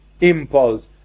impulse